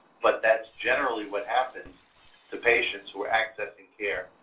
but that's generally what happens to patients who are accessing care,